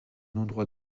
endroit